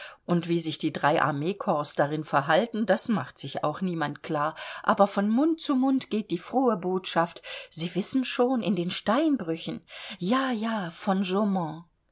und wie sich die drei armeekorps darin verhalten das macht sich auch niemand klar aber von mund zu mund geht die frohe botschaft sie wissen schon in den steinbrüchen ja ja von